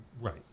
Right